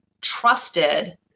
trusted